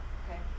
okay